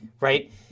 right